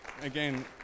Again